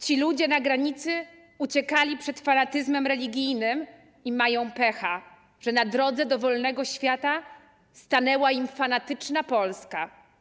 Ci ludzie na granicy uciekali przed fanatyzmem religijnym i mają pecha, że na drodze do wolnego świata stanęła im fanatyczna Polska.